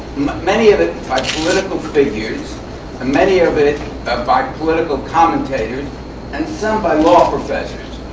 many of it by political figures and many of it ah by political commentators and some by law professors,